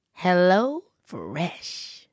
HelloFresh